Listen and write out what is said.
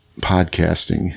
podcasting